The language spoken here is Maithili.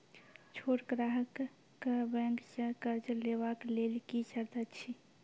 छोट ग्राहक कअ बैंक सऽ कर्ज लेवाक लेल की सर्त अछि?